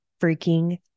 freaking